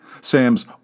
Sam's